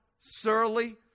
surly